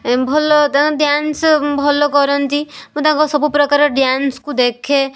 ଭଲ ତାଙ୍କ ଡ୍ୟାନ୍ସ ଭଲ କରନ୍ତି ମୁଁ ତାଙ୍କ ସବୁ ପ୍ରକାର ଡ୍ୟାନ୍ସକୁ ଦେଖେ